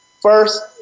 first